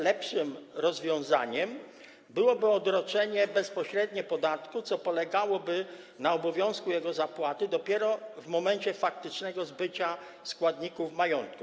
Lepszym rozwiązaniem byłoby odroczenie bezpośredniego podatku, co polegałoby na obowiązku jego zapłaty dopiero w momencie faktycznego zbycia składników majątku.